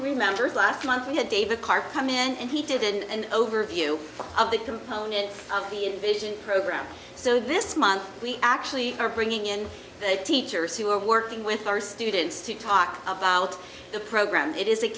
remembers last month we had david come in and he did and overview of the components of the invasion program so this month we actually are bringing in teachers who are working with our students to talk about the program it is a